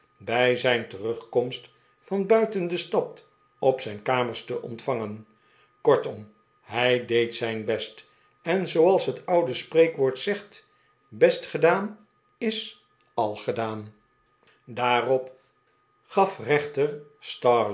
bij zijn terugkomst van buiten de stad op zijn kamers te ontvangen kortom hij deed zijn best en zooals het oude spreekwoord zegt best gedaan is al gedaan daarop gaf rechter